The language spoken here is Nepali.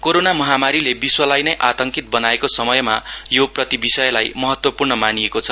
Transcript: कोरोना महामारीले विश्वलाई नै आतङकित बनाएको समयमा यो प्रति विषयलाई महत्वपूर्ण मानिएको छ